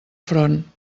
front